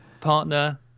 partner